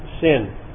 sin